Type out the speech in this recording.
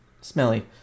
smelly